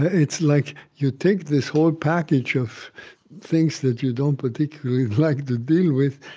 it's like you take this whole package of things that you don't particularly like to deal with,